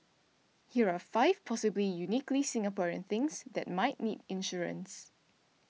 here are five possible uniquely Singaporean things that might need insurance